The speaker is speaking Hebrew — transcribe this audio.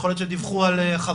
יכול להיות שדיווחו על חבר,